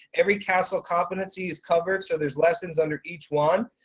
every casel competency is covered so there's lessons under each one.